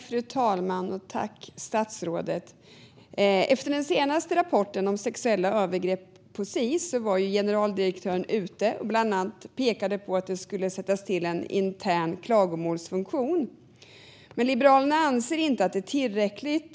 Fru talman! Efter den senaste rapporten om sexuella övergrepp på Sis var generaldirektören ute och pekade bland annat på att det skulle införas en intern klagomålsfunktion. Men Liberalerna anser inte att det är tillräckligt.